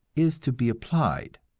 is to be applied.